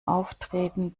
auftreten